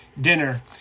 dinner